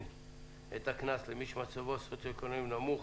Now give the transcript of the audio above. את הקנס למי שמצבו הסוציואקונומי נמוך,